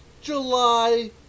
July